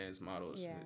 models